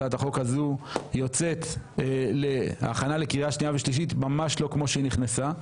הצעת החוק הזו יוצאת להכנה לקריאה שנייה ושלישית ממש לא כמו שהיא נכנסה.